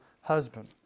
husband